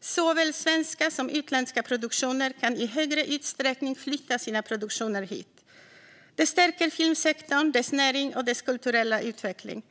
Såväl svenska som utländska produktioner kan i högre utsträckning flytta sina produktioner hit. Det stärker filmsektorn, dess näring och dess kulturella utveckling.